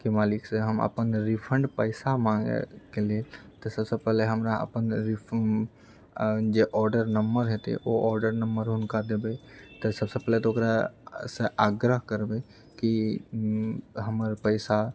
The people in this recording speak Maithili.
के मालिकसे हम अपन रिफण्ड पैसा मांगैके लिअऽ तऽ सबसँ पहिले हमरा अपन रिफण्ड जे ऑर्डर नम्बर हेतए ओ ऑर्डर नम्बर हुनका देबए तऽ सबसँ पहिले तऽ ओकरासँ आग्रह करबै कि हमर पैसा